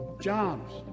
jobs